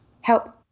help